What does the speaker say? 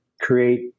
create